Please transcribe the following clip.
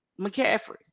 McCaffrey